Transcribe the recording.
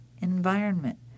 environment